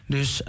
Dus